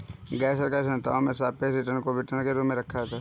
गैरसरकारी संस्थाओं में भी सापेक्ष रिटर्न को वितरण के रूप में रखा जाता है